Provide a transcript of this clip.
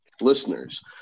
listeners